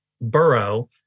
burrow